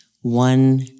one